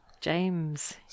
James